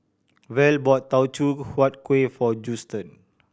Val bought Teochew Huat Kueh for Justen